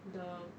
the